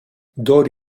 kdor